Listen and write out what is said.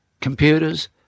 computers